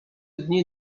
dni